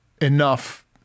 enough